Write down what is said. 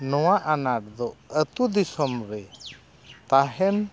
ᱱᱚᱣᱟ ᱟᱱᱟᱴ ᱫᱚ ᱟᱛᱳ ᱫᱤᱥᱚᱢ ᱨᱮ ᱛᱟᱦᱮᱱ